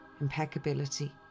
impeccability